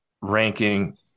ranking